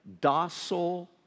docile